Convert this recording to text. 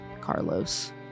Carlos